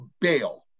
bail